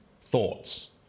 thoughts